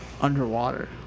underwater